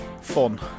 fun